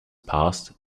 passed